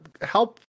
help